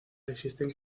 existen